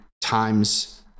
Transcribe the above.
times